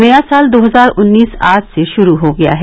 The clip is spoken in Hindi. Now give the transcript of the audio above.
नया साल दो हजार उन्नीस आज से शुरू हो गया है